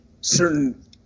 certain